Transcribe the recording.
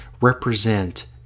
represent